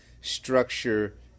structure